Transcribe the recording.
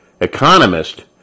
economist